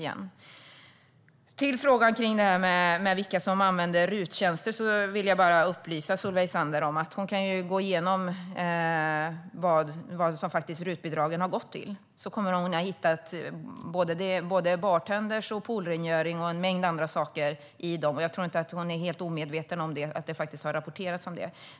När det gäller frågan om vilka som använder RUT-tjänster vill jag upplysa Solveig Zander om att hon kan gå igenom vad RUT-bidragen har gått till. Då kommer hon att hitta såväl bartendrar och poolrengöringar som en mängd andra saker. Jag tror inte att hon är helt omedveten om att det har rapporterats om detta.